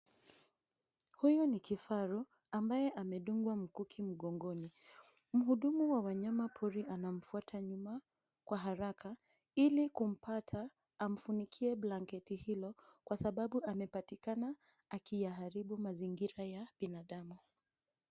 Huyu ni kifaru, ambaye amedungwa mkuki mgongoni. Mhudumu wa wanyama pori anamfuata nyuma kwa haraka ili kumpata amfunikie blanketi hilo kwa sababu amepatikana akiyaharibu mazingira ya binadamu.